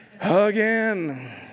again